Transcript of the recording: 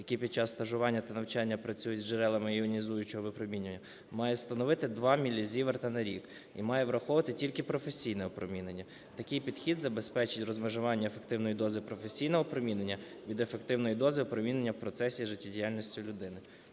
які під час стажування та навчання працюють із джерелами іонізуючого випромінювання, мають становити 2 мілізіверта на рік і має враховувати тільки професійне опромінення. Такий підхід забезпечить розмежування ефективної дози професійного опромінення від ефективної дози опромінення в процесі життєдіяльності людини.